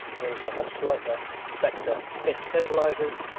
she also has sleipner vector fin stabilisers,